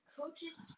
coaches